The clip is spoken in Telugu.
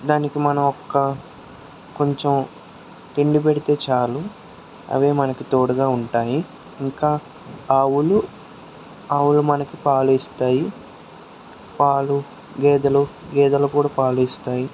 దానికి మనం ఒక్క కొంచెం తిండి పెడితే చాలు అవే మనకు తోడుగా ఉంటాయి ఇంకా ఆవులు ఆవులు మనకు పాలు ఇస్తాయి పాలు గేదలు కూడ పాలు ఇస్తాయి